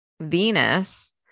Venus